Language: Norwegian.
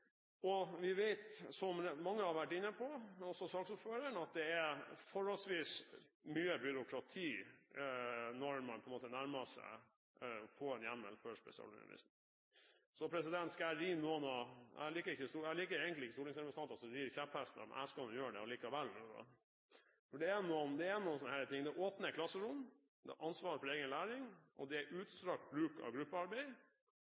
og som mange har vært inne på, også saksordføreren, vet vi at det er forholdsvis mye byråkrati når man nærmer seg å få en hjemmel for spesialundervisning. Jeg liker egentlig ikke at stortingsrepresentanter rir kjepphester, men jeg skal nå gjøre det likevel, for det er noen slike ting: Det er åpne klasserom, det er ansvar for egen læring, og det er utstrakt bruk av gruppearbeid. Det gjelder særlig gruppearbeid i denne sammenhengen. De